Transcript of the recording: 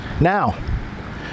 Now